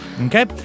Okay